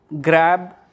grab